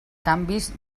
canvis